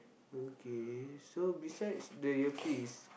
okay so besides the earpiece